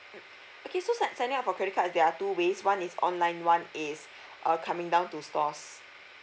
mm okay so sign signing up for credit card there are two ways one is online one is uh coming down to stores